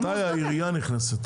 מתי העירייה נכנסת?